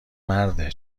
مرده